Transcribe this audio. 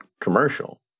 commercial